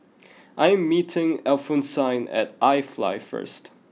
I am meeting Alphonsine at iFly first